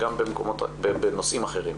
בנושאים אחרים.